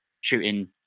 shooting